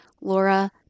Laura